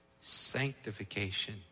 sanctification